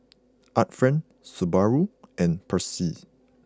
art friend Subaru and Persil